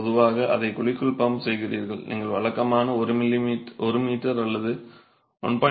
நீங்கள் பொதுவாக அதை குழிக்குள் பம்ப் செய்கிறீர்கள் நீங்கள் வழக்கமாக 1 m அல்லது 1